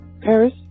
Paris